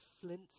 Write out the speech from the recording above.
flint